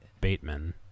Bateman